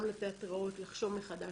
גם לתיאטראות לחשוב מחדש,